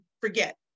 forget